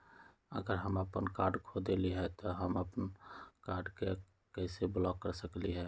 अगर हम अपन कार्ड खो देली ह त हम अपन कार्ड के कैसे ब्लॉक कर सकली ह?